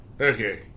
Okay